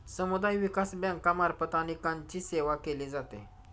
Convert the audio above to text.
समुदाय विकास बँकांमार्फत अनेकांची सेवा केली जाते